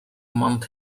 month